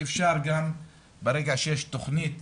שאפשר גם ברגע שיש תכנית